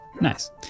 Nice